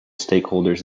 stakeholders